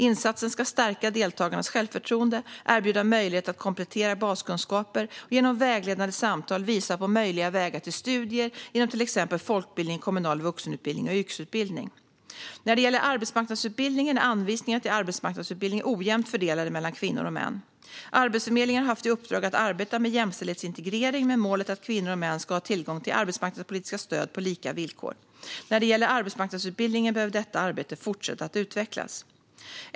Insatsen ska stärka deltagarnas självförtroende, erbjuda möjligheter att komplettera baskunskaper och genom vägledande samtal visa på möjliga vägar till studier inom till exempel folkbildning, kommunal vuxenutbildning och yrkesutbildning. Anvisningarna till arbetsmarknadsutbildning är ojämnt fördelade mellan kvinnor och män. Arbetsförmedlingen har haft i uppdrag att arbeta med jämställdhetsintegrering med målet att kvinnor och män ska ha tillgång till arbetsmarknadspolitiska stöd på lika villkor. När det gäller arbetsmarknadsutbildningen behöver detta arbete fortsätta att utvecklas.